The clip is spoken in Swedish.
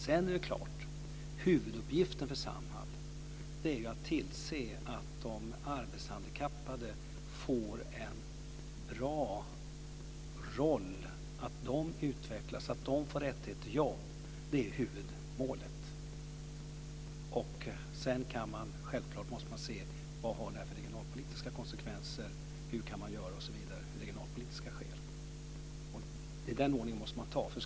Det är klart att huvuduppgiften för Samhall är att tillse att de arbetshandikappade får en bra roll, att de utvecklas och får rätt till ett jobb. Det är huvudmålet. Självklart måste man sedan se vad det här har för regionalpolitiska konsekvenser, hur man kan göra osv. av regionalpolitiska skäl. I den ordningen måste man ta det.